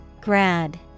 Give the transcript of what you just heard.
Grad